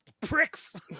Pricks